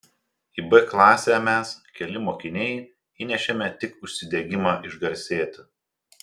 į b klasę mes keli mokiniai įnešėme tik užsidegimą išgarsėti